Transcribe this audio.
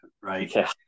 right